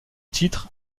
titre